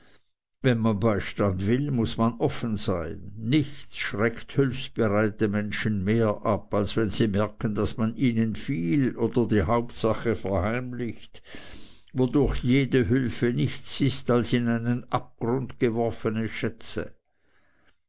wenn man beistand will muß man offen sein nichts schreckt hülfsbereite menschen mehr ab als wenn sie merken daß man ihnen viel oder die hauptsache verheimlicht wodurch jede hülfe nichts ist als in einen abgrund geworfene schätze